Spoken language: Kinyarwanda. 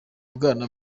bwana